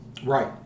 Right